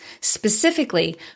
specifically